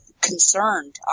concerned